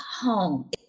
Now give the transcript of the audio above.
home